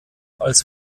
als